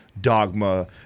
dogma